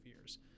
years